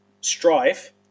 strife